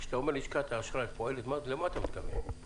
כשאתה אומר: לשכת האשראי פועלת, למה אתה מתכוון?